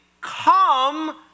come